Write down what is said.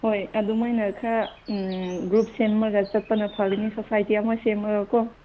ꯍꯣꯏ ꯑꯗꯨꯃꯥꯏꯅ ꯈꯔ ꯎꯝ ꯒ꯭ꯔꯨꯞ ꯁꯦꯝꯃꯒ ꯆꯠꯄꯅ ꯐꯒꯅꯤ ꯁꯣꯁꯥꯏꯇꯤ ꯑꯃ ꯁꯦꯝꯃꯒꯀꯣ